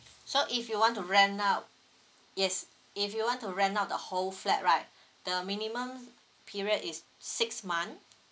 so if you want to rent out yes if you want to rent out the whole flat right the minimum period is six month